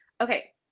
okay